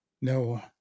no